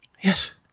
Yes